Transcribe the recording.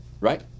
Right